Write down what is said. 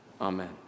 Amen